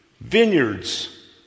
vineyards